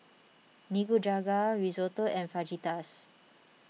Nikujaga Risotto and Fajitas